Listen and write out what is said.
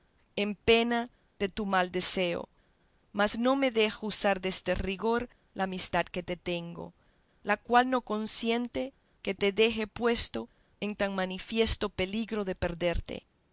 en pena de tu mal deseo mas no me deja usar deste rigor la amistad que te tengo la cual no consiente que te deje puesto en tan manifiesto peligro de perderte